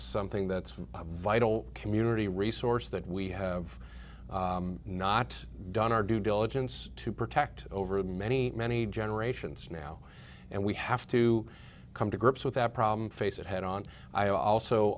vital community resource that we have not done our due diligence to protect over many many generations now and we have to come to grips with that problem face it head on i also